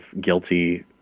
guilty